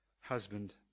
husband